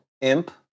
Imp